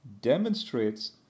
demonstrates